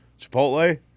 Chipotle